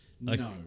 No